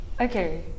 Okay